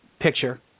picture